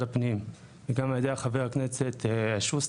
הפנים וגם על ידי חבר הכנסת שוסטר,